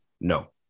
No